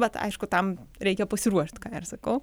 bet aišku tam reikia pasiruošt ką ir sakau